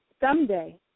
Someday